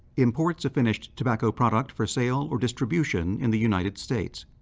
imports a finished tobacco product for sale or distribution in the united states.